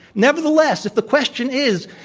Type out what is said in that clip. and evertheless, if the question is,